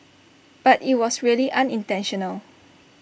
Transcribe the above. but IT was really unintentional